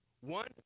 One